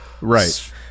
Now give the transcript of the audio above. Right